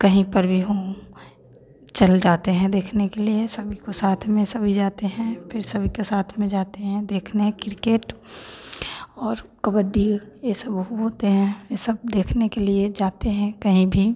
कहीं पर भी हम चल जाते हैं देखने के लिए सभी को साथ में सभी जाते हैं फिर सभी के साथ में जाते हैं देखने किर्केट और कबड्डी ये सब होते हैं ये सब देखने के लिए जाते हैं कहीं भी